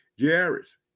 Jairus